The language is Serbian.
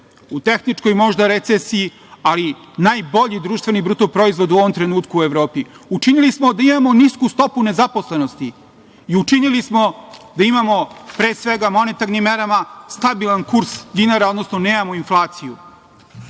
u tehničkoj možda recesiji, ali najbolji BDP u ovom trenutku u Evropi. Učinili smo da imamo nisku stopu nezaposlenosti i učinili smo da imamo pre svega monetarnim merama stabilan kurs dinara, odnosno da nemamo inflaciju.